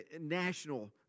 national